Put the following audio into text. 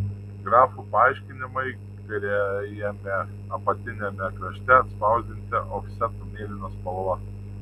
grafų paaiškinimai kairiajame apatiniame krašte atspausdinti ofsetu mėlyna spalva